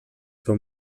seu